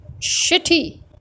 shitty